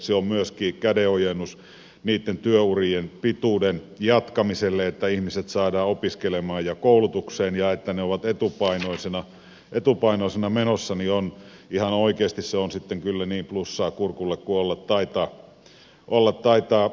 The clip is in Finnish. se on myöskin kädenojennus työurien pituuden jatkamiselle että ihmiset saadaan opiskelemaan ja koulutukseen ja se että ne ovat etupainoisena menossa on ihan oikeasti sitten kyllä niin plussaa kurkulle kuin olla taitaa